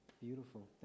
Beautiful